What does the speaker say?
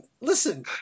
listen